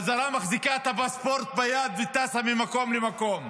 והשרה מחזיקה את הפספורט ביד וטסה ממקום למקום.